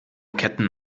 ketten